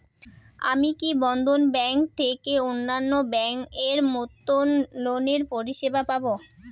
আমি কি বন্ধন ব্যাংক থেকে অন্যান্য ব্যাংক এর মতন লোনের পরিসেবা পাব?